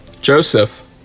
joseph